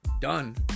Done